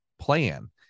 plan